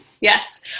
Yes